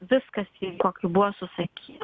viskas į jo kai buvo susaky